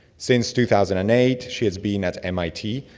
since two thousand and eight, she has been at mit,